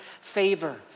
favor